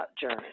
journey